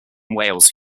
wales